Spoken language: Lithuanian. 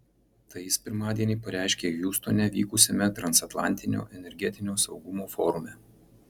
tai jis pirmadienį pareiškė hjustone vykusiame transatlantinio energetinio saugumo forume